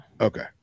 Okay